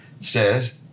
says